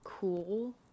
cool